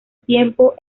tiempo